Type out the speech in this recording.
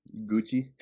Gucci